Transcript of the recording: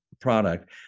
product